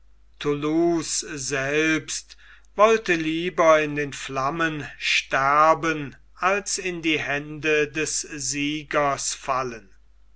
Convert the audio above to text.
selbst wollte lieber in den flammen sterben als in die hände des siegers fallen